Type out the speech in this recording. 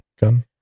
Gun